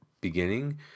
beginning